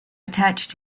attached